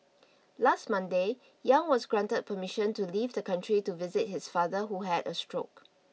last Monday Yang was granted permission to leave the country to visit his father who had a stroke